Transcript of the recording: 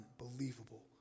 Unbelievable